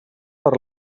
per